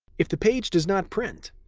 if the page does not print,